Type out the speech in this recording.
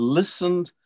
listened